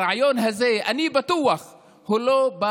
הרעיון הזה, אני בטוח שהוא לא בא